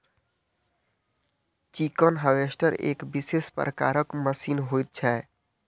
chicken harvester एक विशेष प्रकारक मशीन होइत छै